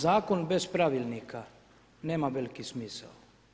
Zakon bez pravilnika nema veliki smisao.